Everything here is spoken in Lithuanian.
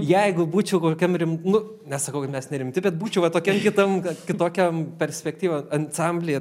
jeigu būčiau kokiam rim nu nesakau kad mes nerimti bet būčiau va tokiam tam kitokiam perspektyva ansamblyje